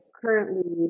currently